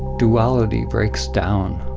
duality breaks down,